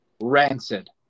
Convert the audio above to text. Rancid